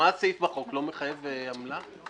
הסעיף בחוק לא מחייב עמלה?